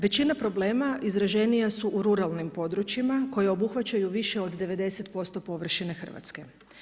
Većina problema izraženija su u ruralnim područjima koja obuhvaćaju više od 90% površine Hrvatske.